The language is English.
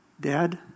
Dad